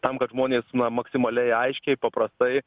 tam kad žmonės na maksimaliai aiškiai paprastai